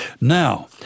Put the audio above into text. Now